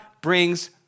brings